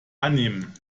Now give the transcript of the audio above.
annehmen